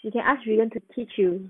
you can ask william to teach you